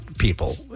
People